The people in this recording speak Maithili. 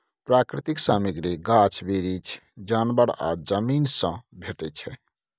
प्राकृतिक सामग्री गाछ बिरीछ, जानबर आ जमीन सँ भेटै छै